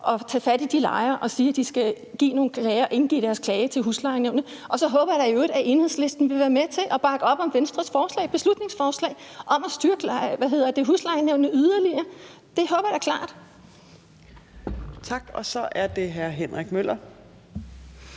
at tage fat i de lejere og sige, at de skal indgive deres klage til huslejenævnet. Og så håber jeg da i øvrigt, at Enhedslisten vil være med til at bakke op om Venstres beslutningsforslag om at styrke huslejenævnet yderligere. Det håber jeg da klart. Kl. 15:40 Fjerde næstformand